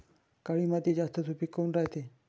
काळी माती जास्त सुपीक काऊन रायते?